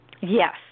Yes